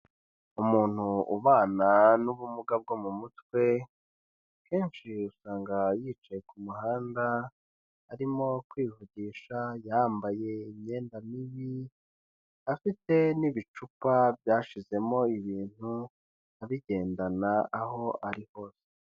Umuntu ubana n'ubumuga bwo mu mutwe kenshi usanga yicaye ku muhanda arimo kwivugisha yambaye imyenda mibi afite n'ibicupa byashizemo ibintu abigendana aho ari hose.